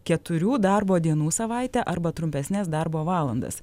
keturių darbo dienų savaitę arba trumpesnes darbo valandas